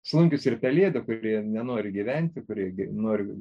slunkius ir pelėda kurie nenori gyventi kurie nori